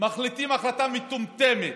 מחליטים החלטה מטומטמת,